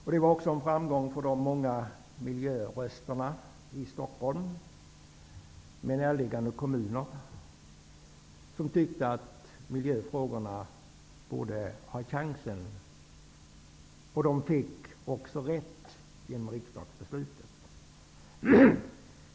Detta var också en framgång för de många miljörösterna i Stockholm med närliggande kommuner, som tyckte att miljöfrågorna borde få chansen. Genom riksdagsbeslutet fick också dessa röster rätt.